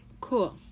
Cool